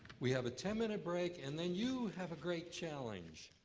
we have a ten minute break, and then you have a great challenge.